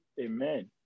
Amen